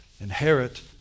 inherit